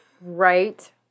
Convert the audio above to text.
Right